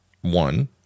One